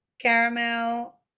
caramel